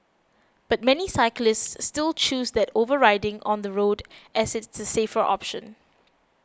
but many cyclists still choose that over riding on the road as it is the safer option